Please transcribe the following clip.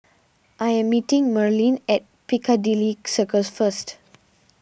I am meeting Merlene at Piccadilly Circus first